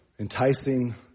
enticing